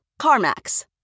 CarMax